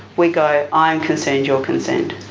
we go i'm concerned you're concerned.